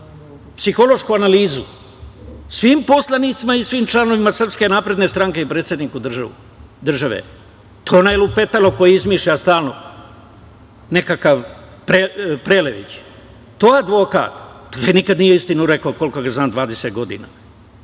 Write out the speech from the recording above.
psihološku analizu, svim poslanicima i svim članovima SNS i predsedniku države. To je ono lupetalo koje izmišlja stalno, nekakav Prelević. To advokat, pa taj nikad nije istinu rekao koliko ga znam, 20 godina.